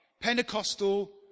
Pentecostal